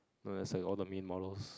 no as in all the main models